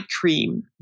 cream